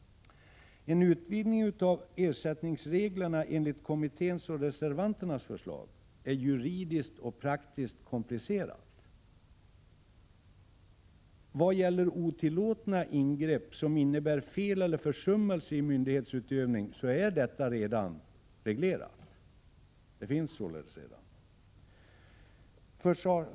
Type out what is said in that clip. En utvidgning av ersättningsreglerna enligt kommitténs och reservanternas förslag är juridiskt och praktiskt komplicerat. Otillåtna ingrepp, som innebär fel eller försummelse i myndighetsutövning, är redan reglerade.